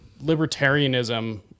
libertarianism